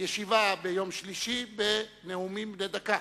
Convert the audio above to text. ישיבה ביום שלישי בנאומים בני דקה.